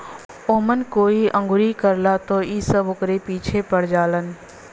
ओमन कोई अंगुरी करला त इ सब ओकरे पीछे पड़ जालन